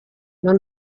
non